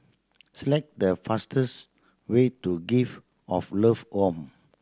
select the fastest way to Gift of Love Home